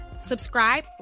Subscribe